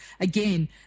again